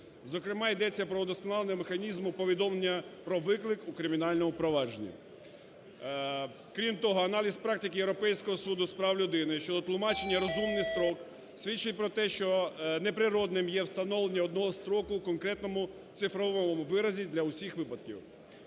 зокрема, йдеться про удосконалення механізму повідомлення про виклик у кримінальному провадженні. Крім того, аналіз практики Європейського суду з прав людини щодо тлумачення "розумний строк" свідчить про те, що неприродним є встановлення одного строку в конкретному цифровому виразі для усіх випадків.